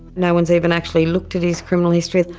no one's even actually looked at his criminal history.